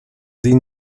این